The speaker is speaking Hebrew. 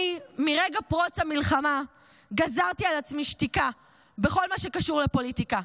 מרגע פרוץ המלחמה גזרתי על עצמי שתיקה בכל מה שקשור לפוליטיקה,